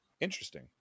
Interesting